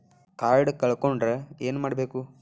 Card ಕಳ್ಕೊಂಡ್ರ ಏನ್ ಮಾಡಬೇಕು?